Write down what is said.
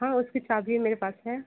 हाँ उसकी चाबी मेरे पास है